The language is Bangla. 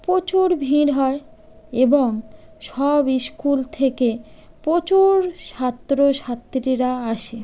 প্রচুর ভিড় হয় এবং সব স্কুল থেকে প্রচুর ছাত্রছাত্রীরা আসে